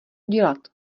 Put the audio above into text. dělat